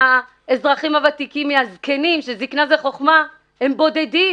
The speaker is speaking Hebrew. ביטול העסקה מהאזרח הוותיק וזאת תוך שבעה ימי עסקים.